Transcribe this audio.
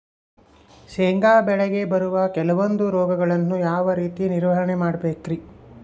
ಶೇಂಗಾ ಬೆಳೆಗೆ ಬರುವ ಕೆಲವೊಂದು ರೋಗಗಳನ್ನು ಯಾವ ರೇತಿ ನಿರ್ವಹಣೆ ಮಾಡಬೇಕ್ರಿ?